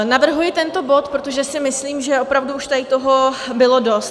Navrhuji tento bod, protože si myslím, že opravdu už tady toho bylo dost.